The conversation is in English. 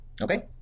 Okay